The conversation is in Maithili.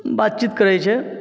बातचीत करै छै